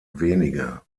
wenige